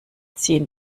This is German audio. ziehen